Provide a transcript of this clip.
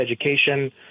education